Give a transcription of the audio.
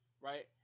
Right